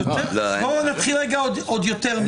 בואו נתחיל עוד יותר מזה.